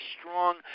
strong